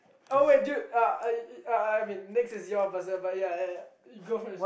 oh wait dude uh uh I I mean next is your person ya you go first